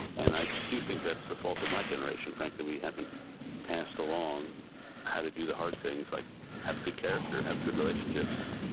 and i do think that's the fault of my generation, frankly. we haven't passed along how to do the hard things, like have a good character, have good relationships.